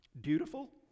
dutiful